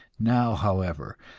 now, however,